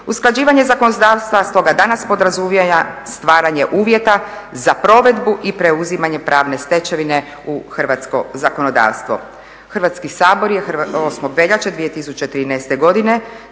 Usklađivanje zakonodavstva stoga danas podrazumijeva stvaranje uvjeta za provedbu i preuzimanje pravne stečevine u hrvatsko zakonodavstvo. Hrvatski sabor je 8. veljače 2013. godine